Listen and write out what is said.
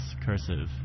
cursive